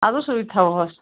اَدٕ سُے تھاوہوس